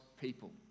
people